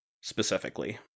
specifically